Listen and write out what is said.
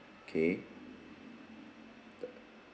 K